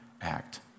act